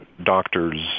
Doctors